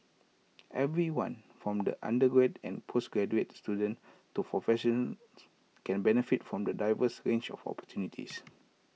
everyone from undergraduate and postgraduate students to professionals can benefit from the diverse range of opportunities